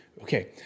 Okay